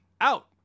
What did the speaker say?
out